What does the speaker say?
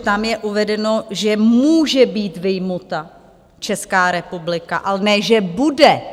Tam je uvedeno, že může být vyjmuta Česká republika, a ne že bude.